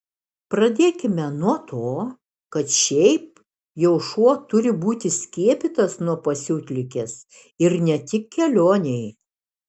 pradėkime nuo to kad šiaip jau šuo turi būti skiepytas nuo pasiutligės ir ne tik kelionei